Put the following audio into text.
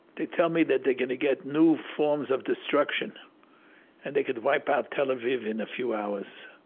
they tell me that they are going to get new forms of destruction and they could wipe out tel aviv in a few hours.